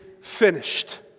finished